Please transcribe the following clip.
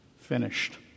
finished